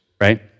right